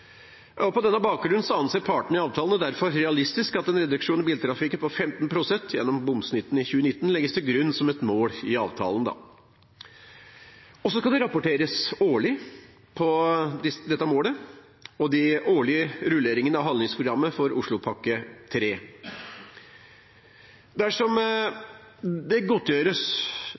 reforhandles. På denne bakgrunnen anser partene i avtalen det realistisk at en reduksjon i biltrafikken på 15 pst. gjennom bomsnittene i 2019 legges til grunn som et mål i avtalen. Det skal rapporteres på dette målet i de årlige rulleringene av handlingsprogrammet for Oslopakke 3. Dersom det godtgjøres